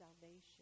salvation